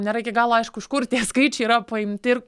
nėra iki galo aišku iš kur tie skaičiai yra pimti ir